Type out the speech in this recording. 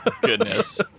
Goodness